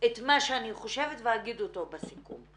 את מה שאני חושבת ואגיד אותו בסיכום.